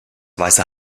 weiße